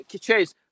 Chase